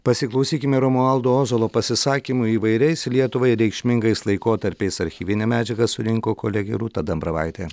pasiklausykime romualdo ozolo pasisakymų įvairiais lietuvai reikšmingais laikotarpiais archyvinę medžiagą surinko kolegė rūta dambravaitė